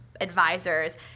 advisors